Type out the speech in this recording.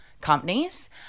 companies